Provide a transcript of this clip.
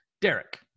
Derek